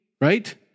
right